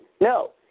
No